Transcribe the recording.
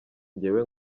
njyewe